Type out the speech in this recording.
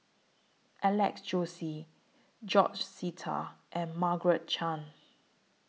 Alex Josey George Sita and Margaret Chan